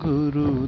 Guru